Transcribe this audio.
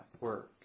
work